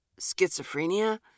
schizophrenia